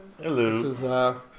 Hello